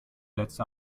letzte